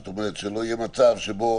זאת אומרת, שלא יהיה מצב שבו